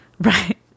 right